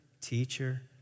Teacher